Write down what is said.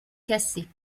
cassée